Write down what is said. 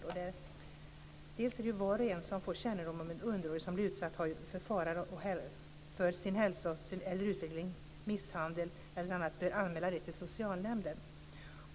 Det heter där att var och en som får kännedom om att en underårig utsätts för misshandel eller annars för fara för hans hälsa eller utveckling bör anmäla detta till socialnämnden.